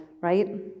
right